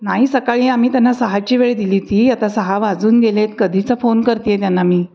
नाही सकाळी आम्ही त्यांना सहाची वेळ दिली होती आता सहा वाजून गेले आहेत कधीचा फोन करते आहे त्यांना मी